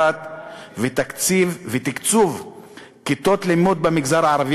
ותקציב ותקצוב כיתות לימוד במגזר הערבי,